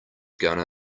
gonna